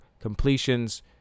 completions